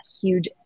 huge